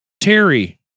Terry